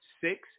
six